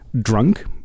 drunk